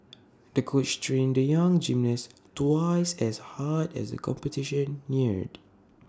the coach trained the young gymnast twice as hard as the competition neared